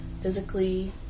physically